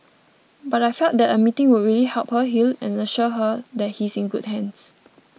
but I felt that a meeting would really help her heal and assure her that he's in good hands